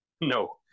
No